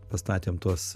pastatėm tuos